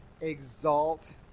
exalt